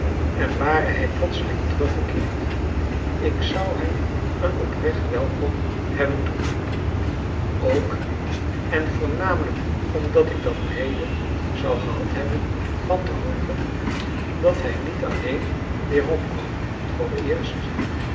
en ware hij plotseling teruggekeerd ik zou hem een oprecht welkom hebben toegeroepen ook en voornamelijk omdat ik dan reden zou gehad hebben van te hopen dat hij niet alléén weerom kwam vooreerst